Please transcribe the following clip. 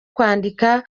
kwandika